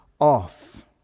off